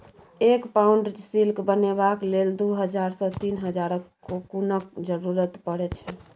एक pound silk बनेबाक लेल दु हजार सँ तीन हजारक कोकुनक जरुरत परै छै